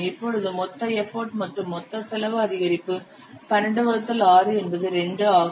இப்போது மொத்த எஃபர்ட் மற்றும் மொத்த செலவு அதிகரிப்பு 12 வகுத்தல் 6 என்பது 2 ஆகும்